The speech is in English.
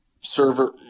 server